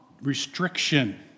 Restriction